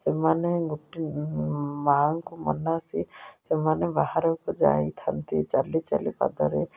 ସେମାନେ ଗୋଟ ମା'ଙ୍କୁ ମନାସି ସେମାନେ ବାହାରକୁ ଯାଇଥାନ୍ତି ଚାଲି ଚାଲି ପାଦରେ